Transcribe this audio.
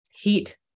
heat